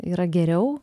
yra geriau